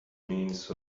means